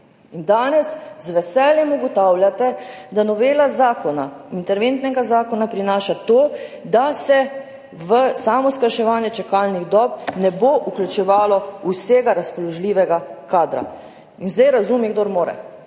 danes z veseljem ugotavljate, da novela zakona, interventnega zakona, prinaša to, da se v samo skrajševanje čakalnih dob ne bo vključevalo vsega razpoložljivega kadra. In zdaj razumi, kdor more.